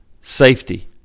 safety